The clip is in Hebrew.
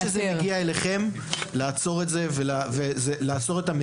החוכמה היא להגיע לשלב לפני שזה מגיע אליכם ולעצור ולמנוע את זה.